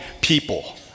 people